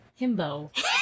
himbo